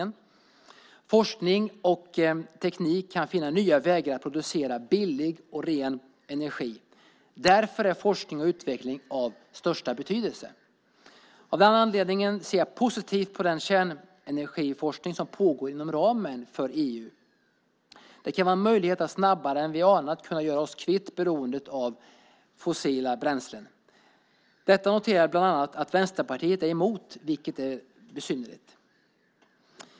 Med forskning och teknik kan man finna nya vägar att producera billig och ren energi. Därför är forskning och utveckling av största betydelse. Av den anledningen ser jag positivt på den kärnenergiforskning som pågår inom ramen för EU. Det kan vara en möjlighet att snabbare än vi anar göra oss kvitt beroendet av fossila bränslen. Detta noterar jag bland annat att Vänsterpartiet är emot, vilket är besynnerligt.